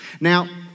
Now